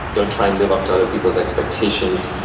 don't try and live up to other people's expectations.